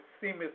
seemeth